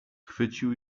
chwycił